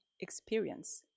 experience